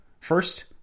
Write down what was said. First